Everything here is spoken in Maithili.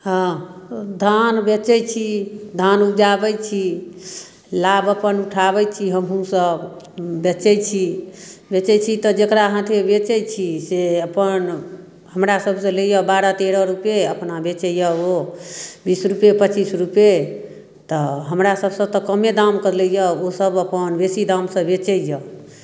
हँ धान बेचै छी धान उपजाबै छी लाभ अपन उठाबै छी हमहूँसभ बेचै छी बेचै छी तऽ जकरा हाथे बेचै छी से अपन हमरा सभसँ लैए बारह तेरह रुपैए अपना बेचैए ओ बीस रुपैए पच्चीस रुपैए तऽ हमरा सभसँ तऽ कमे दामके लैए ओसभ अपन बेसी दामसँ बेचैए